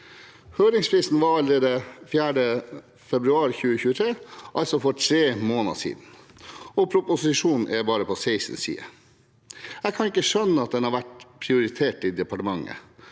Høringsfristen var allerede 4. februar 2023, altså for tre måneder siden, og proposisjonen er bare på 16 sider. Jeg kan ikke skjønne at den har vært prioritert i departementet,